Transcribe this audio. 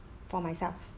for myself